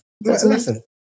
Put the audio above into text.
Listen